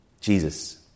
Jesus